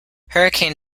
hurricane